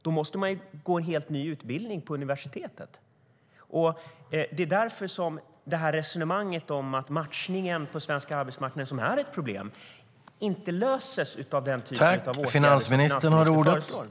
Då måste man gå en helt ny utbildning på universitetet.